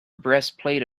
breastplate